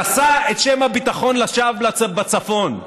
נשא את שם הביטחון לשווא בצפון.